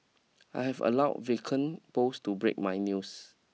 I have allow vacant post to break my news